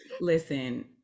Listen